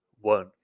One